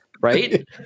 right